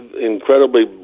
incredibly